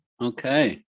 Okay